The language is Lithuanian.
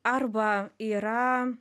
arba yra